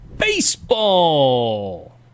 baseball